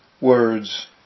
words